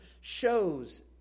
shows